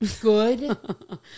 Good